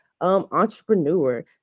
entrepreneur